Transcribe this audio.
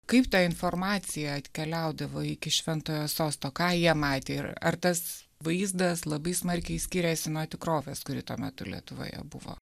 kaip tą informacija atkeliaudavo iki šventojo sosto ką jie matė ir ar tas vaizdas labai smarkiai skiriasi nuo tikrovės kuri tuo metu lietuvoje buvo